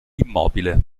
immobile